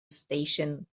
station